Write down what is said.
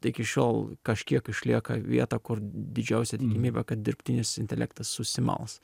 tai iki šiol kažkiek išlieka vieta kur didžiausia tikimybė kad dirbtinis intelektas susimals